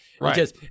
Right